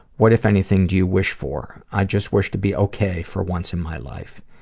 what, if anything, do you wish for? i just wish to be ok for once in my life.